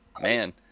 Man